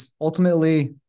ultimately